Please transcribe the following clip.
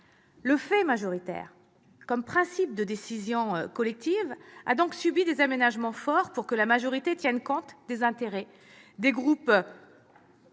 Le fait majoritaire, comme principe de décision collective, a donc subi des aménagements forts pour que la majorité tienne compte des intérêts des autres